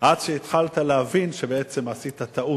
עד שהתחלת להבין שבעצם עשית טעות.